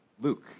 Luke